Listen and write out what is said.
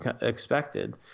expected